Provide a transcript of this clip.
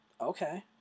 Okay